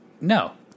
no